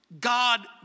God